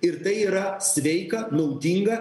ir tai yra sveika naudinga